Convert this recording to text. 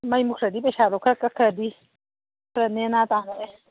ꯃꯩ ꯃꯨꯠꯈ꯭ꯔꯗꯤ ꯄꯩꯁꯥꯗꯣ ꯈꯔ ꯀꯛꯈ꯭ꯔꯗꯤ ꯈꯔ ꯅꯦꯅꯥ ꯇꯥꯅꯔꯦ